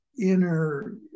inner